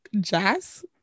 jazz